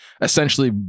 essentially